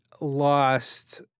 lost